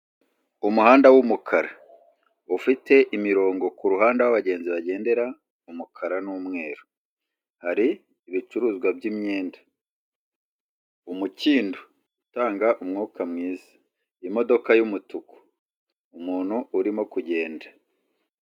Umuhanda w'umukara ufite imirongo kuruhande aho abagenzi bagendera umukara n'umweru. Hari ibicuruzwa by'imyenda umukindo utanga umwuka mwiza imodoka y'umutuku umuntu urimo kugenda